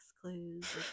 clues